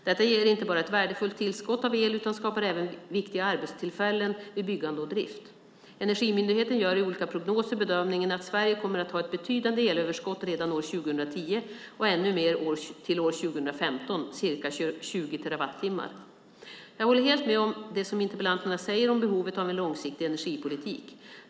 Detta ger inte bara ett värdefullt tillskott av el utan skapar även viktiga arbetstillfällen vid byggande och drift. Energimyndigheten gör i olika prognoser bedömningen att Sverige kommer att ha ett betydande elöverskott redan år 2010 och ännu mer till år 2015, ca 20 terawattimmar. Jag håller helt med om det interpellanterna säger om behovet av en långsiktig energipolitik.